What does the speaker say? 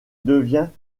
devient